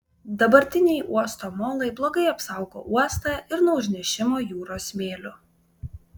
dabartiniai uosto molai blogai apsaugo uostą ir nuo užnešimo jūros smėliu